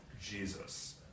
Jesus